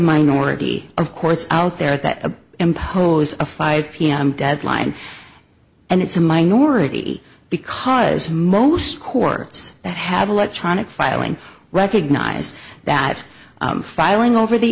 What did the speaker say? minority of course out there that a impose a five pm deadline and it's a minority because most courts that have electronic filing recognize that filing over the